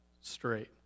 straight